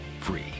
free